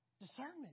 Discernment